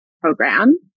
program